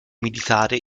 militare